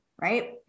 right